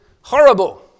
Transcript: horrible